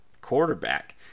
quarterback